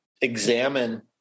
examine